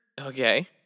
Okay